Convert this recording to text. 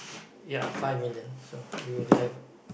ya five million so you'll left